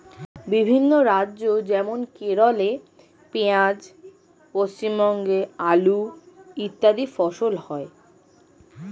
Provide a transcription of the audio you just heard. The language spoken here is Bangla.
বিভিন্ন রাজ্য যেমন কেরলে পেঁয়াজ, পশ্চিমবঙ্গে আলু ইত্যাদি ফসল হয়